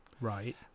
right